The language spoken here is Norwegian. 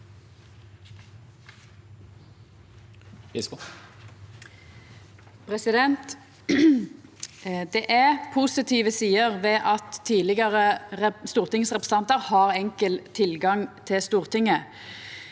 Det er positive sider ved at tidlegare stortingsrepresentan tar har enkel tilgang til Stortinget.